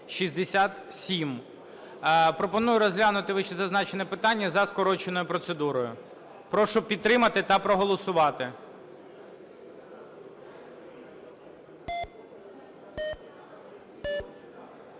Пропоную розглянути вищезазначене питання за скороченою процедурою. Прошу підтримати та проголосувати.